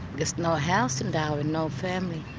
there's no house in darwin, no family.